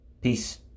Peace